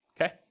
Okay